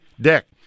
Dick